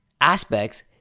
aspects